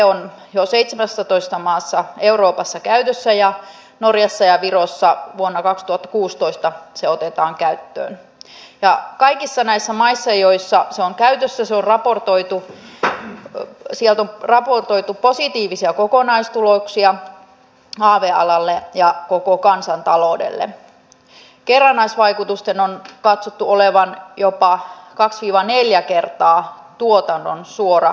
olisin mielelläni kuullut kun ollaan huolissaan ja aiheesta siitä että nämä niin sanotut pakkolait sitten koskisivat naisvaltaisia aloja erityisesti se on ihan totta että teittehän kaikkenne että tämä yhteiskuntasopimus syntyy jotta miesvaltaiset alat osallistuvat ennen kaikkea ja kaikki alat tähän meidän suomen nostamiseen tästä vakavasta tilanteesta